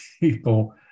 people